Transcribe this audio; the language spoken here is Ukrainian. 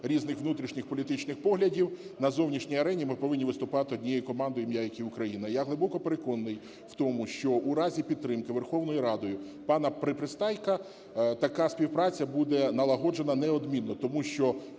різних внутрішньополітичних поглядів на зовнішній арені ми повинні виступати однією командою, ім'я якій Україна. Я глибоко переконаний в тому, що у разі підтримки Верховною Радою пана Пристайка така співпраця буде налагоджена неодмінно. Тому що,